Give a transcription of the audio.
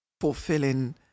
fulfilling